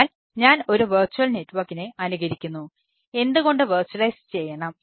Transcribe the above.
അതിനാൽ ഞാൻ ഒരു വെർച്വൽ നെറ്റ്വർക്കിനെ ഉണ്ടായിരിക്കണം